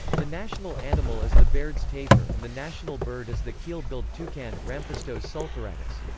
the national animal is the baird's tapir and the national bird is the keel-billed toucan ramphastos sulphuratus.